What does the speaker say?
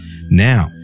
Now